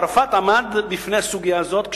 ערפאת עמד בפני הסוגיה הזאת כשברק,